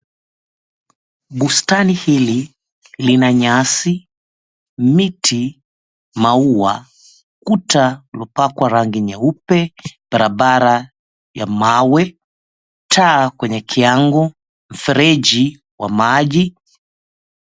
Bustani hili lina nyasi, miti, maua, kuta uliopakwa rangi nyeupe, barabara ya mawe, taa kwenye kiango, mfereji wa maji.